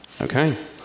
Okay